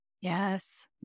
Yes